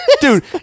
Dude